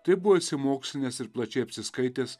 tai buvo išsimokslinęs ir plačiai apsiskaitęs